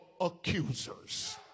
accusers